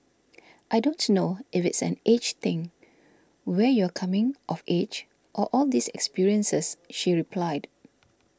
I don't know if it's an age thing where you're coming of age or all these experiences she replied